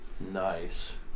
Nice